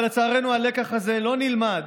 אבל לצערנו הלקח הזה לא נלמד